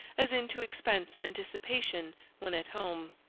as into expense and dissipation when at home.